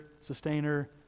sustainer